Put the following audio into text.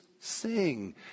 sing